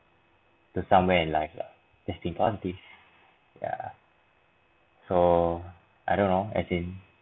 to somewhere in life lah just think positive yeah so I don't know as in